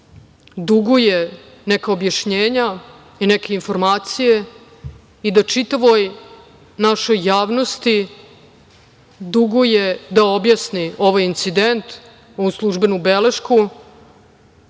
duguje neka objašnjenja i neke informacije i da čitavoj našoj javnosti duguje da objasni ovaj incident, ovu službenu belešku,